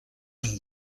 and